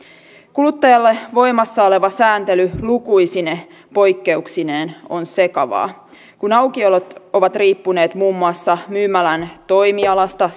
kuluttajalle voimassa oleva sääntely lukuisine poikkeuksineen on sekavaa kun aukiolot ovat riippuneet muun muassa myymälän toimialasta